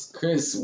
Chris